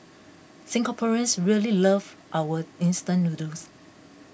Singaporeans really love our instant noodles